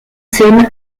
scène